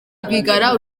rwigara